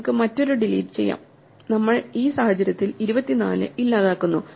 നമുക്ക് മറ്റൊരു ഡിലീറ്റ് ചെയ്യാം നമ്മൾ ഈ സാഹചര്യത്തിൽ 24 ഇല്ലാതാക്കുന്നു